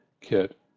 kit